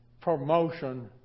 promotion